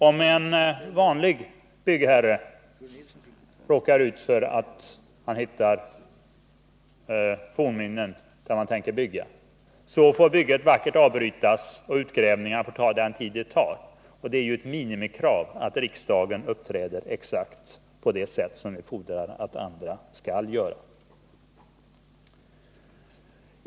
Om en vanlig byggherre råkar ut för att man hittar fornminnen där han skall bygga måste han avbryta arbetet för att utgrävningarna skall få ta sin tid. Det är ett minimikrav att riksdagen uppträder exakt på det sätt som vi fordrar att andra skall göra.